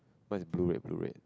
what is blue red blue red